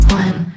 one